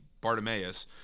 bartimaeus